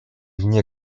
вне